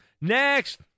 Next